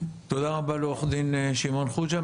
תודה רבה לעו"ד שמעון חוג'ה,